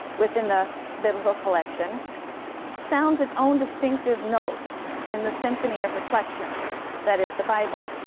within the biblical collection sounds its own distinctive note in the symphony of reflection that is the bible.